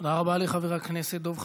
תודה לחבר הכנסת דב חנין.